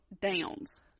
Downs